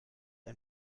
ein